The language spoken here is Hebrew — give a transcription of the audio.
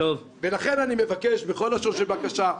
ולכן אני מבקש בכל לשון של בקשה,